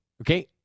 okay